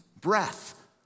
breath